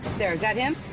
there, is that him?